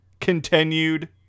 continued